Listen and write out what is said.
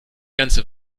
ganze